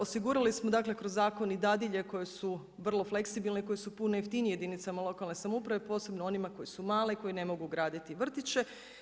Osigurali smo, dakle kroz zakon i dadilje koje su vrlo fleksibilne i koje su puno jeftinije jedinicama lokalne samouprave posebno onima koje su male, koje ne mogu graditi vrtiće.